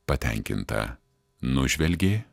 patenkinta nužvelgė